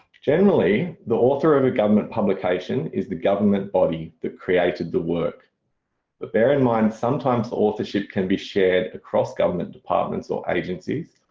generally the author of a government publication is the government body that created the work but bear in mind sometimes the authorship can be shared across government departments or agencies,